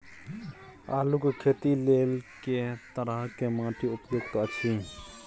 आलू के खेती लेल के तरह के माटी उपयुक्त अछि?